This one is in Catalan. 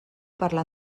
parlar